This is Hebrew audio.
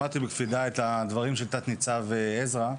שמעתי בקפידה את הדברים של תנ"צ עזרא,